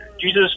Jesus